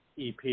EP